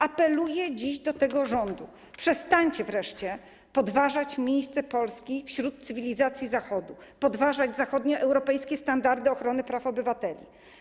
Apeluję dziś do tego rządu: przestańcie wreszcie podważać miejsce Polski wśród cywilizacji Zachodu, podważać zachodnioeuropejskie standardy ochrony praw obywateli.